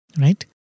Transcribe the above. right